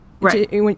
Right